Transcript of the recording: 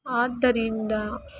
ಆದ್ದರಿಂದ